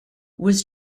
was